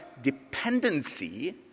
dependency